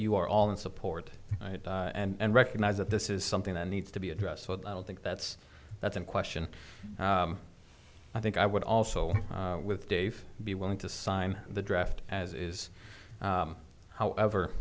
you are all in support and recognize that this is something that needs to be addressed so i don't think that's that's a question i think i would also with dave be willing to sign the draft as is however